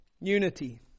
unity